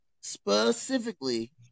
specifically